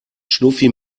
schnuffi